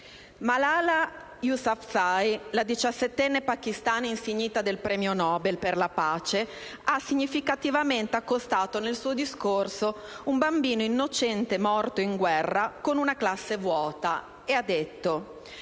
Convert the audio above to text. Malala Yousafzai, la diciassettenne pakistana insignita del premio Nobel per la pace, ha significativamente accostato nel suo discorso un bambino innocente morto in guerra con una classe vuota e ha detto: